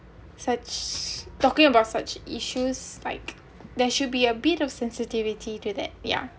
such talking about such issues like there should be a bit of sensitivity to that yeah